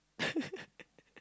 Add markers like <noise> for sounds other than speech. <laughs>